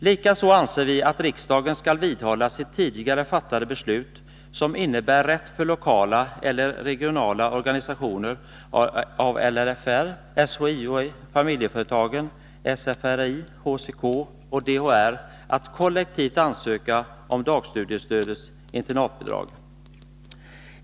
Likaså anser vi att riksdagen skall vidhålla sitt tidigare fattade beslut som innebär rätt för lokala eller regionala organisationer av LRF, SHIO-Familjeföretagen, SFR, HCK och DHR att kollektivt ansöka om dagstudiestödets internatbidrag.